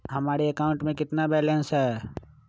हमारे अकाउंट में कितना बैलेंस है?